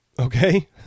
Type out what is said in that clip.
Okay